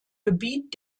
gebiet